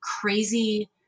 crazy